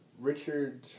Richard